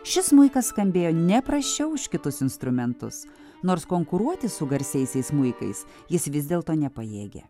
šis smuikas skambėjo ne prasčiau už kitus instrumentus nors konkuruoti su garsiaisiais smuikais jis vis dėlto nepajėgė